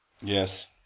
Yes